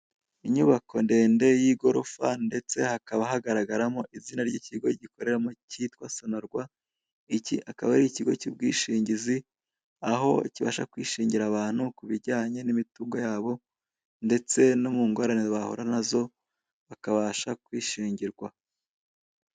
Inyubako ndende y'igorofa ndetse hakaba hagaragaramo izina ry'ikigo gikoreramo kitwa SONARWA, iki akaba ari ikigo cy'ubwishingizi aho kibasha kwishingira abantu kubijyanye n'imitungo yabo ndetse no mungorane bahura nazo bakabasha kwishingirwa.